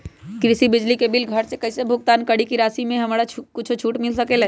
कृषि बिजली के बिल घर से कईसे भुगतान करी की राशि मे हमरा कुछ छूट मिल सकेले?